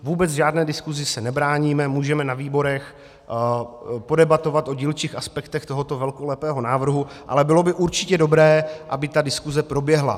Vůbec žádné diskusi se nebráníme, můžeme na výborech podebatovat o dílčích aspektech tohoto velkolepého návrhu, ale bylo by určitě dobré, aby ta diskuse proběhla.